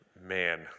Man